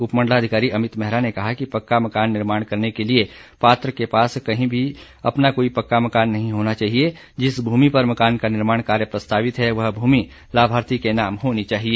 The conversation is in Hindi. उपमंडलाधिकारी अमित मेहरा ने कहा कि पक्का मकान निर्माण करने के लिए पात्र के पास कहीं भी अपना कोई पक्का मकान नहीं होना चाहिए जिस भूमि पर मकान का निर्माण कार्य प्रस्तावित है वह भूमि लाभार्थी के नाम होनी चाहिए